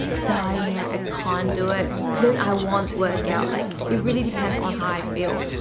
dying like i can't do it then i won't work out. like, it really depends on how i feel